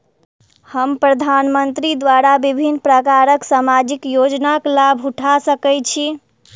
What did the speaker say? हम प्रधानमंत्री द्वारा विभिन्न प्रकारक सामाजिक योजनाक लाभ उठा सकै छी?